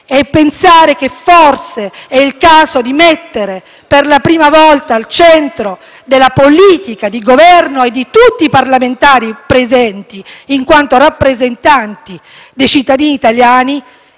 e pensare che, forse, è il caso di mettere per la prima volta al centro della politica di Governo e di tutti i parlamentari presenti, in quanto rappresentanti dei cittadini italiani,